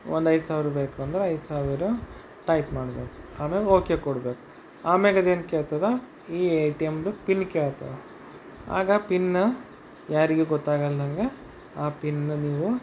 ಒಂದು ಐದು ಸಾವಿರ ಬೇಕು ಅಂದರೆ ಐದು ಸಾವಿರ ಟೈಪ್ ಮಾಡಬೇಕು ಆಮೇಗ ಓಕೆ ಕೊಡಬೇಕು ಆಮೇಗದು ಏನು ಕೇಳ್ತದೆ ಈ ಎ ಟಿ ಎಮ್ದು ಪಿನ್ ಕೇಳ್ತದೆ ಆಗ ಪಿನ್ ಯಾರಿಗೆ ಗೊತ್ತಾಗಲ್ದಂಗೆ ಆ ಪಿನ್ ನೀವು